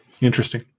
interesting